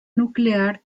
nuclear